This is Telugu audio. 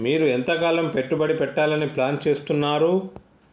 మీరు ఎంతకాలం పెట్టుబడి పెట్టాలని ప్లాన్ చేస్తున్నారు?